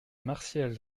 martial